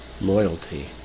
loyalty